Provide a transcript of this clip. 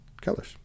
colors